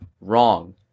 Wrong